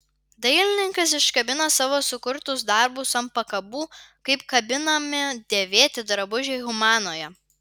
dailininkas iškabina savo sukurtus darbus ant pakabų kaip kabinami dėvėti drabužiai humanoje